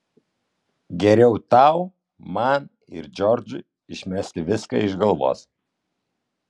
geriau tau man ir džordžui išmesti viską iš galvos